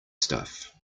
stuff